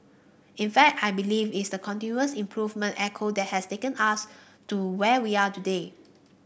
in fact I believe it's the continuous improvement etho that has taken us to where we are today